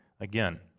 again